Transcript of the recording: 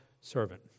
servant